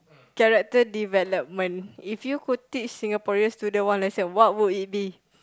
character development if you could teach Singaporean student one lesson what would it be